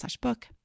book